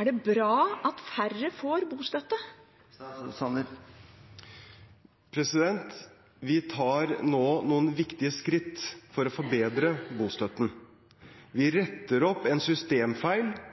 Er det bra at færre får bostøtte? Vi tar nå noen viktige skritt for å forbedre bostøtten. Vi retter opp en systemfeil